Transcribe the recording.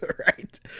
right